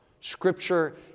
scripture